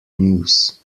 news